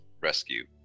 rescue